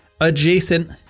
adjacent